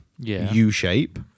u-shape